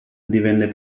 divenne